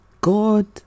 God